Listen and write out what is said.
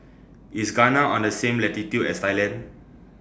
IS Ghana on The same latitude as Thailand